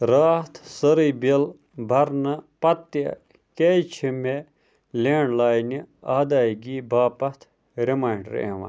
راتھ سٲرٕے بِل برنہٕ پتہٕ تہِ کیٛازِ چھِ مےٚ لینٛڈ لایِنہِ ادٲیگی باپتھ رِماینٛڈَر یِوان